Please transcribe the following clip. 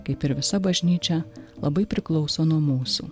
kaip ir visa bažnyčia labai priklauso nuo mūsų